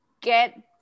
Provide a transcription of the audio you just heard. get